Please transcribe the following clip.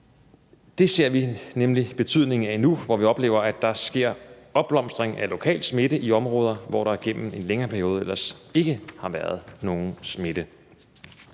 Det ser vi betydningen af nu, hvor vi oplever, at der sker en opblomstring af lokal smitte i områder, hvor der ellers igennem en længere periode ikke har været nogen smitte.